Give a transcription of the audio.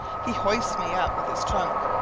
he hoists me up with his trunk,